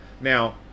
Now